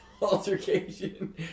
altercation